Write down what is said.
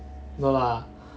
no lah